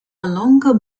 longer